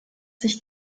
sich